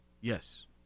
Yes